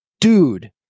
dude